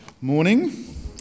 Morning